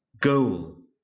goal